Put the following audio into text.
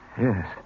Yes